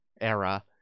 era